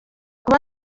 kuba